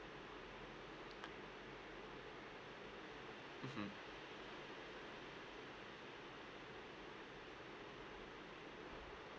mmhmm